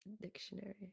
Dictionary